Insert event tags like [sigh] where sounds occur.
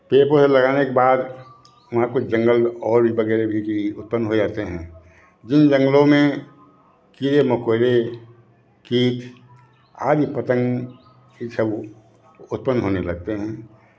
पेड़ पौधे लगाने के बाद [unintelligible] जंगल और [unintelligible] उत्पन्न हो जाते हैं जिन जंगलों में कीड़े मकौड़े किट आदि पतंग [unintelligible] उत्पन्न होने लगते हैं